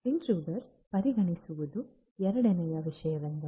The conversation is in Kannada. ಇಂಟ್ರುಡರ್ನ ಪರಿಗಣಿಸುವ ಎರಡನೆಯ ವಿಷಯವೆಂದರೆ